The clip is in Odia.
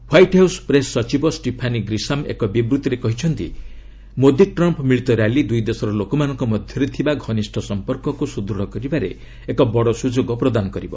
ହ୍ୱାଇଟ୍ ହାଉସ୍ ପ୍ରେସ୍ ସଚିବ ଷ୍ଟିଫାନି ଗ୍ରୀଶାମ୍ ଏକ ବିବୃତ୍ତିରେ କହିଛନ୍ତି ମୋଦି ଟ୍ରମ୍ପ୍ ମିଳିତ ର୍ୟାଲି ଦୁଇ ଦେଶର ଲୋକମାନଙ୍କ ମଧ୍ୟରେ ଥିବା ଘନିଷ୍ଠ ସମ୍ପର୍କକୁ ସୁଦୂତ୍ କରିବାରେ ଏକ ବଡ଼ ସୁଯୋଗ ପ୍ରଦାନ କରିବ